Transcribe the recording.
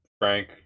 Frank